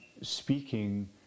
speaking